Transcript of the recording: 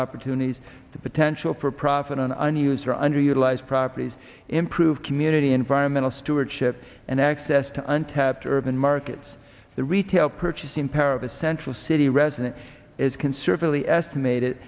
opportunities the potential for profit on a new user underutilized properties improve community environmental stewardship and access to untapped urban markets the retail purchasing power of a central city resident is conservatively estimated